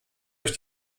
euch